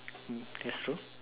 that's true